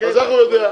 אז איך הוא יודע?